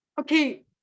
Okay